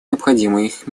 необходимых